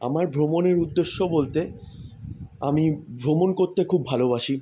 আমার ভ্রমণের উদ্দেশ্য বলতে আমি ভ্রমণ করতে খুব ভালোবাসি